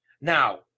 Now